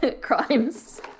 crimes